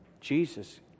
Jesus